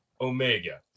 Omega